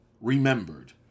remembered